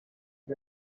the